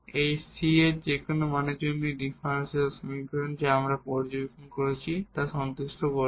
এই c এর যেকোনো মানের জন্য এটি ডিফারেনশিয়াল সমীকরণ যা আমরা পর্যবেক্ষণ করেছি তা সন্তুষ্ট করবে